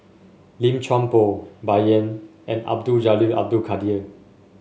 Lim Chuan Poh Bai Yan and Abdul Jalil Abdul Kadir